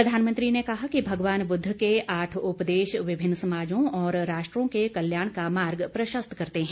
प्रधानमंत्री नरेन्द्र मोदी ने कहा कि भगवान बुद्ध के आठ उपदेश विभिन्न समाजों और राष्ट्रों के कल्याण का मार्ग प्रशस्त करते हैं